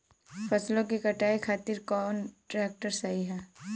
फसलों के कटाई खातिर कौन ट्रैक्टर सही ह?